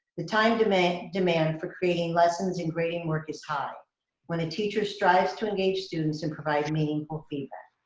the time demand demand for creating lessons and grading work is high when a teacher strives to engage students and provide meaningful feedback.